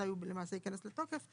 מתי הוא למעשה ייכנס לתוקף.